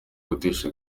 gutesha